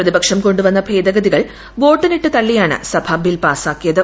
പ്രതിപക്ഷം കൊണ്ടുവന്ന ഭേദഗതികൾ വോട്ടിനിട്ട് തള്ളിയാണ് സഭ ബിൽ പാസാക്കിയത്